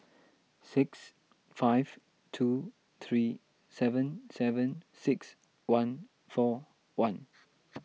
six five two three seven seven six one four one